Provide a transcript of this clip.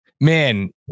man